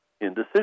indecision